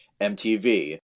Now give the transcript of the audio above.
MTV